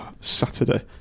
Saturday